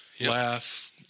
laugh